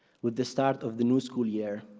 with the start of the new school year,